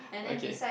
okay